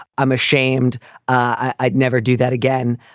i'm ashamed i'd never do that again.